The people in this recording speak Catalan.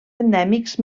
endèmics